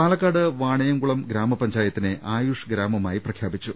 പാലക്കാട് വാണിയംകുളം ഗ്രാമപഞ്ചായത്തിനെ ആയുഷ് ഗ്രാമ മായി പ്രഖ്യാപിച്ചു